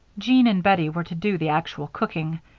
jean and bettie were to do the actual cooking.